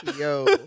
Yo